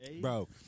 Bro